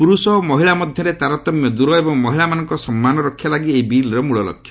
ପୁରୁଷ ଓ ମହିଳା ମଧ୍ୟରେ ତାରତମ୍ୟ ଦୂର ଏବଂ ମହିଳାମାନଙ୍କ ସମ୍ମାନ ରକ୍ଷା ଲାଗି ଏହି ବିଲ୍ର ମୂଳଲକ୍ଷ୍ୟ